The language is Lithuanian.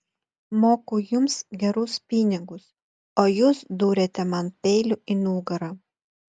moku jums gerus pinigus o jūs duriate man peiliu į nugarą